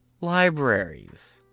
Libraries